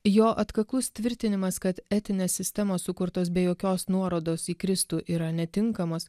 jo atkaklus tvirtinimas kad etinės sistemos sukurtos be jokios nuorodos į kristų yra netinkamos